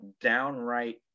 downright